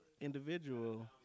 individual